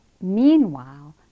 Meanwhile